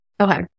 Okay